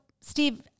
steve